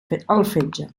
fetge